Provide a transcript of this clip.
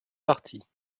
parties